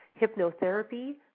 hypnotherapy